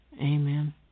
Amen